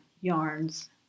yarns